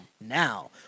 now